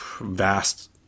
vast